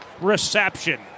reception